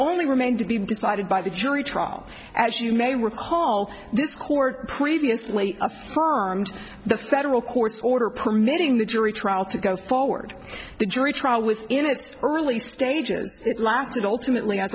only remained to be decided by the jury trial as you may recall this court previously of the federal court's order permitting the jury trial to go forward the jury trial was in its early stages it lasted ultimately i